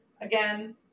Again